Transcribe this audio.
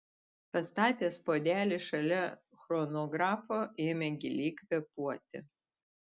pastatęs puodelį šalia chronografo ėmė giliai kvėpuoti